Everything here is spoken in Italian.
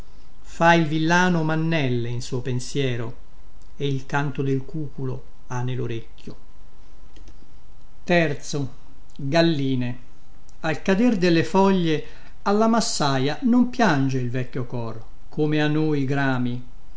fa il villano mannelle in suo pensiero e il canto del cuculo ha nellorecchio al cader delle foglie alla massaia non piange il vecchio cor come a noi grami